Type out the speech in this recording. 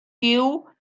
giw